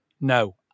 No